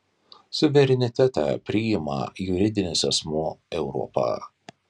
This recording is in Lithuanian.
suverenitetą priima juridinis asmuo europa